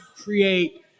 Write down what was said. create –